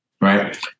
right